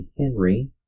Henry